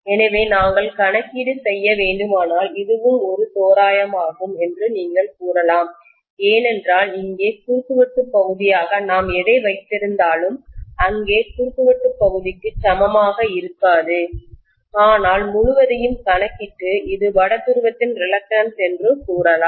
எனவே நாங்கள் கணக்கீடு செய்ய வேண்டுமானால் இதுவும் ஒரு தோராயமாகும் என்று நீங்கள் கூறலாம் ஏனென்றால் இங்கே குறுக்கு வெட்டுப் பகுதியாக நாம் எதை வைத்திருந்தாலும் இங்கே குறுக்கு வெட்டு பகுதிக்கு சமமாக இருக்காது ஆனால் முழுவதையும் கணக்கிட்டு இது வட துருவத்தின் ரிலக்டன்ஸ் என்று கூறலாம்